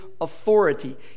authority